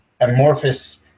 amorphous